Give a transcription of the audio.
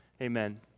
Amen